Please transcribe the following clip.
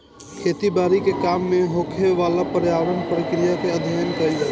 खेती बारी के काम में होखेवाला पर्यावरण प्रक्रिया के अध्ययन कईल जाला